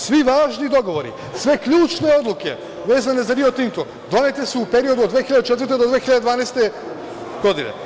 Svi važni dogovori, sve ključne odluke, vezane za Rio Tinto donete su u periodu od 2004. do 2012. godine.